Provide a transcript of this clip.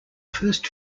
first